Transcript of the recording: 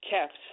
kept